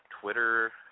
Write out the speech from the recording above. Twitter